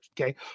Okay